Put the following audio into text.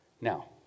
Now